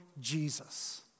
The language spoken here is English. Jesus